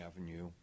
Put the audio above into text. Avenue